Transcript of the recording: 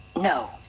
No